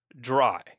dry